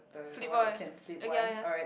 flip boy uh ya ya